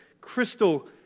crystal